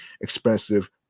expensive